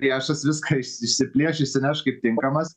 priešas viską iš išsiplėš išsineš kaip tinkamas